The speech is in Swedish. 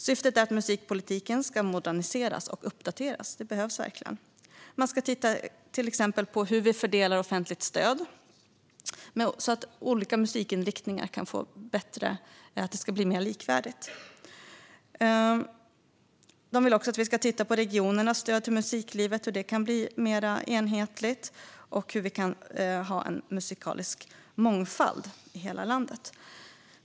Syftet är att musikpolitiken ska moderniseras och uppdateras, och det behövs verkligen. Nätverket vill att man till exempel ska titta på hur vi fördelar offentligt stöd så att det blir mer likvärdigt för olika musikinriktningar. De vill också att vi ska titta på regionernas stöd till musiklivet, hur det kan bli mer enhetligt och hur vi kan ha en musikalisk mångfald i hela landet.